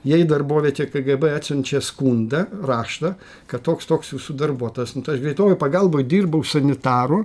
jei darbovietė kgb atsiunčia skundą raštą kad toks toks jūsų darbuotojas greitojoj pagalboj dirbau sanitaru